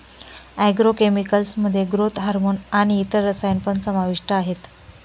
agro chemicals मध्ये growth hormone आणि इतर रसायन पण समाविष्ट आहेत